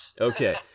Okay